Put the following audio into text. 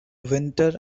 wynter